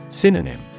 Synonym